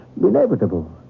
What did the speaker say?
inevitable